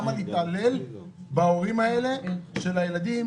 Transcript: למה להתעלל בהורים האלה של הילדים,